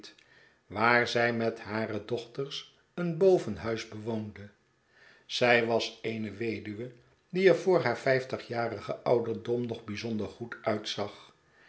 waar zy met hare dochters een bovenhuis bewoonde zij was eene weduwe die er voor haar vijftigjarigen ouderdom nog bijzonder goed uitzag